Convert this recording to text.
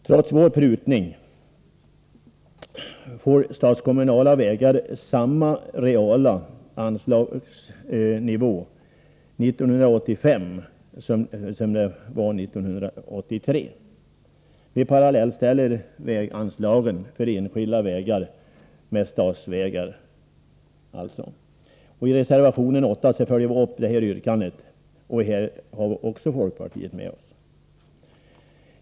Trots vår prutning blir det samma reala anslagsnivå 1985 som 1983 för de statskommunala vägarna. Vi parallellställer anslagen till enskilda vägar med anslagen till statskommunala vägar. I reservation 8 följer vi upp yrkandet, och även här har vi folkpartiet med OSS.